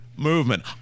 movement